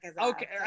okay